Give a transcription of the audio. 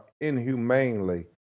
inhumanely